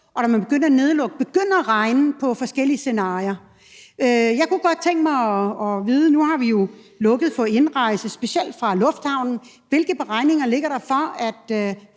og da man begyndte at nedlukke, kunne man være begyndt at regne på forskellige scenarier. Jeg kunne godt tænke mig at vide, nu vi jo har lukket for indrejse specielt fra lufthavnen, hvilke beregninger der ligger for,